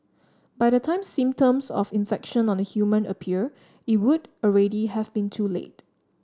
by the time symptoms of infection on a human appear it would already have been too late